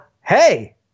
hey